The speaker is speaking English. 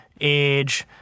age